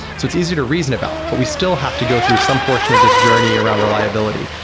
so it's easy to reason about, but we still have to go through some portion of this journey around reliability.